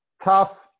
tough